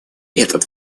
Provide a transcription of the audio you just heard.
этот